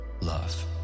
love